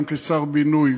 גם כשר בינוי,